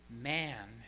man